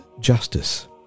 justice